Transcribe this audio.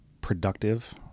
productive